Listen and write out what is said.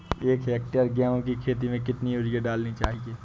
एक हेक्टेयर गेहूँ की खेत में कितनी यूरिया डालनी चाहिए?